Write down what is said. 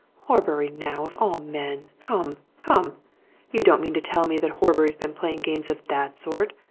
horbury, now, of all men! come come you don't mean to tell me that horbury's been playing games of that sort?